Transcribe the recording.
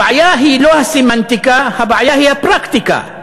הבעיה היא לא הסמנטיקה, הבעיה ההיא הפרקטיקה,